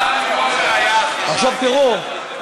עכשיו תראו,